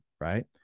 right